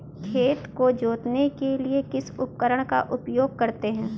खेत को जोतने के लिए किस उपकरण का उपयोग करते हैं?